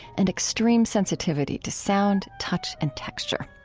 and extreme sensitivity to sound, touch, and texture.